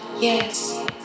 yes